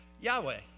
Yahweh